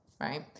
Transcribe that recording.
right